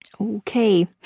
Okay